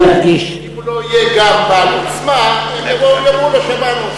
אם הוא לא יהיה גם בעל עוצמה, הם יאמרו לו: שמענו.